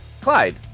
Clyde